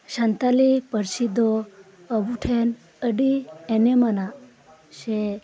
ᱥᱟᱱᱛᱟᱞᱤ ᱯᱟᱨᱥᱤ ᱫᱚ ᱟᱵᱚᱴᱷᱮᱱ ᱟᱰᱤ ᱮᱱᱮᱢ ᱟᱱᱟᱜ ᱥᱮ